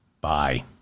Bye